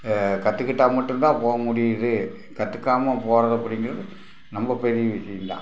கத்துக்கிட்டால் மட்டுந்தான் போக முடியிது கற்றுக்காம போகிறது அப்படிங்கறது ரொம்ப பெரிய விஷயந்தான்